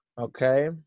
Okay